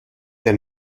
der